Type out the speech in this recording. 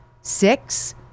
six